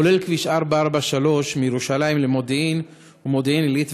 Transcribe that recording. כולל כביש 443 מירושלים למודיעין ומודיעין-עילית,